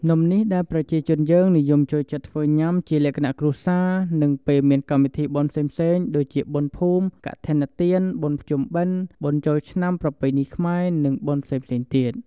នំនេះដែលប្រជាជនយើងនិយមចូលចិត្តធ្វើញាំជាលក្ខណៈគ្រួសារនិងពេលមានកម្មវិធីបុណ្យផ្សេងៗដូចជាបុណ្យភូមិ កឋិនទាន បុណ្យភ្ជុំបិណ្ឌ បុណ្យចូលឆ្នាំប្រពៃណីខ្មែរនិងបុណ្យផ្សេងៗទៀត។